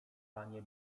panie